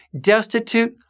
destitute